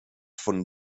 von